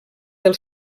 del